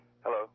Hello